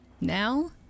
Now